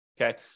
okay